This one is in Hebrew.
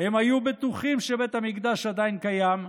הם היו בטוחים שבית המקדש עדיין קיים,